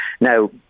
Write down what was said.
Now